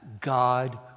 God